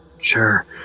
sure